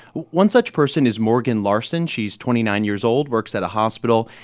one such person is morgan larson. she's twenty nine years old, works at a hospital.